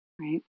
right